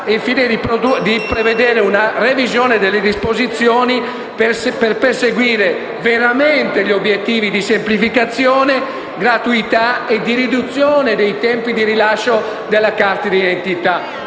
e, infine, di prevedere una revisione delle disposizioni per perseguire veramente gli obiettivi di semplificazione, gratuità e di riduzione dei tempi di rilascio della carta d'identità.